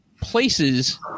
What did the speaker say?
places